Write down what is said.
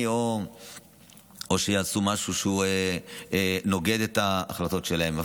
או לעשות משהו שנוגד את ההחלטות שלהם.